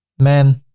men,